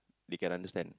they can understand